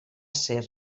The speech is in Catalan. ser